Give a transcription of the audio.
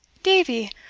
davie!